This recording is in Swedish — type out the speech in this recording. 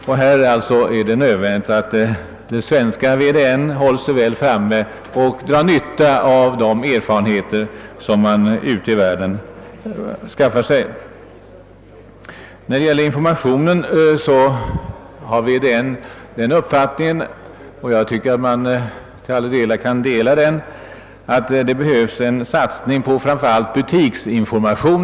Det är därför nödvändigt att varudeklarationsnämnden håller sig väl framme och drar nytta av de erfarenheter som man skaffar sig ute i världen. I fråga om informationsverksamheten har varudeklarationsnämnden den uppfattningen — som jag tycker att man kan dela — att det behövs en satsning på framför allt butiksinformation.